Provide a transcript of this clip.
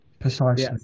Precisely